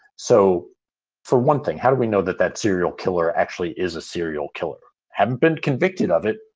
so for one thing, how do we know that that serial killer actually is a serial killer? haven't been convicted of it,